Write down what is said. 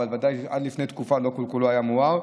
אבל ודאי עד לפני תקופה לא כל-כולו היה מואר.